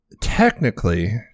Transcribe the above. technically